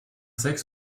sechs